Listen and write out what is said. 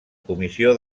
comissió